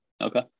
okay